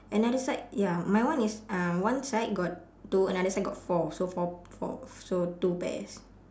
another side ya mine one is uh one side got two another side got four so four four so two pairs